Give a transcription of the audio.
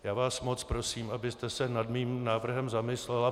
Já vás moc prosím, abyste se nad mým návrhem zamyslela.